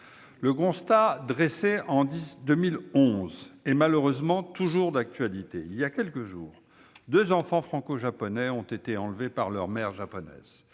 Le constat dressé en 2011 est malheureusement toujours d'actualité. Voilà quelques jours, deux enfants franco-japonais ont été enlevés par leur mère japonaise.